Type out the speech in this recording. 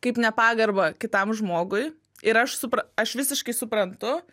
kaip nepagarbą kitam žmogui ir aš supra aš visiškai suprantu